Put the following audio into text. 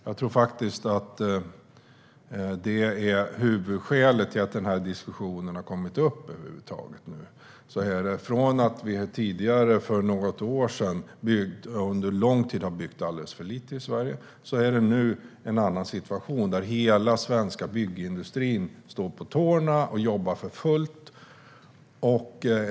Jag tror att det som är huvudskälet till att den här diskussionen har kommit upp över huvud taget är att vi från att under lång tid ha byggt alldeles för lite i Sverige nu har en annan situation. Hela svenska byggindustrin står på tårna och jobbar för fullt.